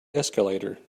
escalator